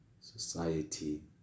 society